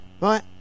right